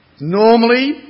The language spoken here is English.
Normally